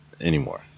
anymore